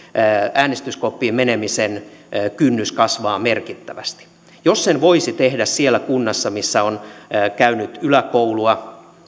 äänestyskoppiin menemisen kynnys kasvaa merkittävästi jos sen voisi tehdä siellä kunnassa missä on käynyt yläkoulua